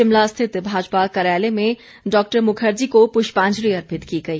शिमला स्थित भाजपा कार्यालय में डॉ मुखर्जी को पुष्पांजलि अर्पित की गई